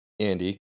Andy